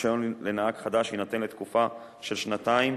רשיון לנהג חדש יינתן לתקופה של שנתיים,